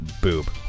boob